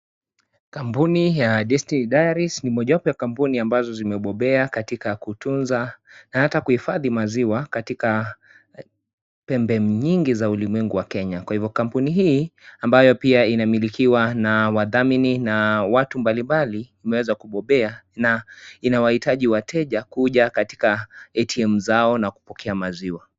Kampuni ya Destiny Diaries ni moja wapo ya kampuni ambazo zimebobea katika kutunza na ata kuhifadhi maziwa katika pempe nyingi za ulimwengu wa Kenya. Kwa hivyo kampuni hii ambayo pia inamilikiwa na wadhamini na watu mbalibali imeweza kubobea na inawaitaji wateja kuja katika ATM zao na kupokea maziwa.